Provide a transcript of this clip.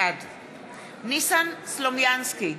בעד ניסן סלומינסקי,